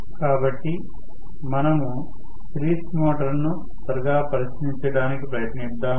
10 కాబట్టి మనము సిరీస్ మోటారును త్వరగా పరిశీలించడానికి ప్రయత్నిద్దాము